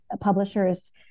publishers